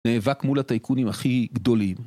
נאבק מול הטייקונים הכי גדולים.